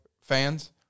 fans